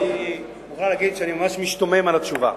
אני מוכרח להגיד שאני ממש משתומם על התשובה.